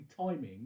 timing